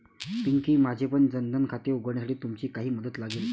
पिंकी, माझेपण जन धन खाते उघडण्यासाठी तुमची काही मदत लागेल